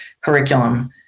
curriculum